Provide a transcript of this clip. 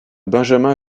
benjamin